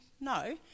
No